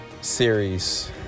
series